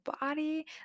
body